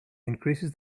increases